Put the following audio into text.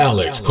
Alex